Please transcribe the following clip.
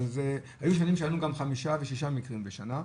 אבל זה היו שנים שהיו גם חמישה ושישה מקרים בשנה.